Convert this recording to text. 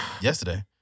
yesterday